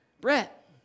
Brett